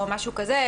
או משהו כזה,